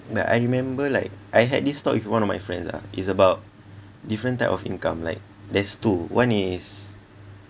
but I remember like I had this talk with one of my friends ah it's about different type of income like there's two one is